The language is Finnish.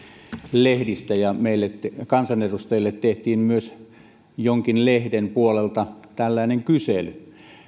lehdistä ja meille kansanedustajille tehtiin myös jonkin lehden puolelta tällainen kysely